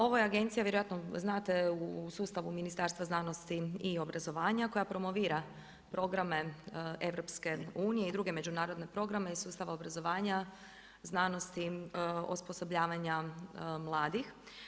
Ovo je agencija vjerojatno znate u sustavu Ministarstva znanosti i obrazovanja koja promovira programe EU i druge međunarodne programe iz sustava obrazovanja, znanosti, osposobljavanja mladih.